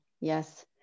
Yes